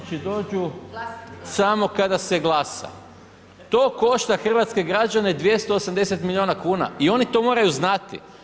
Žetončići dođu samo kada se glasa, To košta hrvatske građane 280 milijuna kuna i oni to moraju znati.